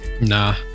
Nah